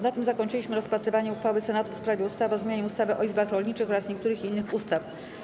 Na tym zakończyliśmy rozpatrywanie uchwały Senatu w sprawie ustawy o zmianie ustawy o izbach rolniczych oraz niektórych innych ustaw.